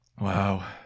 Wow